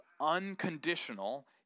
unconditional